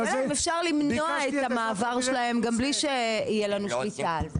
--- השאלה אם אפשר למנוע את המעבר שלהם גם בלי שתהיה לנו שליטה על זה?